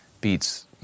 beats